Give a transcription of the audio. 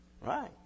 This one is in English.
Right